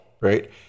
Right